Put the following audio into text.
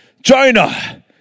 Jonah